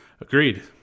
Agreed